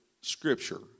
Scripture